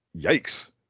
yikes